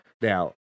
Now